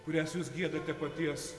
kurias jūs giedate paties